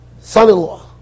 son-in-law